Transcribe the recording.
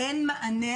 אין מענה.